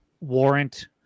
warrant